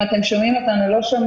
אולי אספר